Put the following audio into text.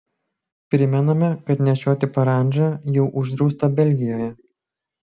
primename kad nešioti parandžą jau uždrausta belgijoje